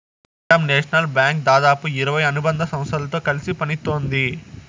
Punjab National Bank దాదాపు ఇరవై అనుబంధ సంస్థలతో కలిసి పనిత్తోంది